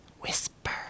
whisper